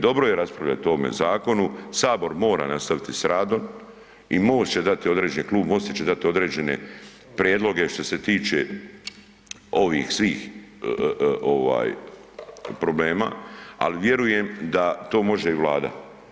Dobro je raspravljat o ovome zakonu, sabor mora nastaviti s radom i MOST će dati određeni, Klub MOST-a će dati određene prijedloge što se tiče ovih svih ovaj problema, ali vjerujem da to može i Vlada.